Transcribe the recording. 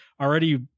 already